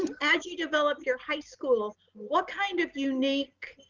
as you developed your high school, what kind of unique